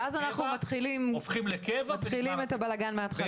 ואז אנחנו מתחילים את הבלגן מהתחלה.